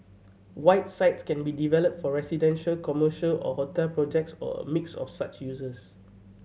white sites can be developed for residential commercial or hotel projects or a mix of such uses